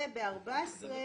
בסעיף